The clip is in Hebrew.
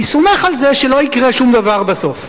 אני סומך על זה שלא יקרה שום דבר בסוף,